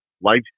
life